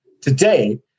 today